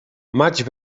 maig